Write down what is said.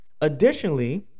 Additionally